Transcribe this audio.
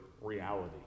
reality